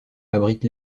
abrite